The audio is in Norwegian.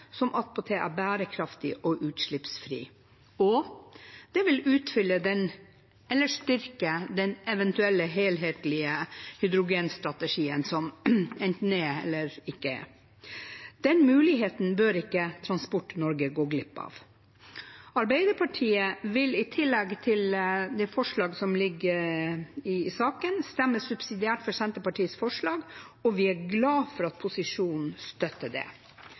som attpåtil er bærekraftig og utslippsfri, og det vil utfylle eller styrke den eventuelle helhetlige hydrogenstrategien som enten er eller ikke er. Den muligheten bør ikke Transport-Norge gå glipp av. Arbeiderpartiet vil, i tillegg til det forslaget som ligger i saken, stemme subsidiært for Senterpartiets forslag, og vi er glad for at posisjonen støtter det.